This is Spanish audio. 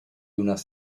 unas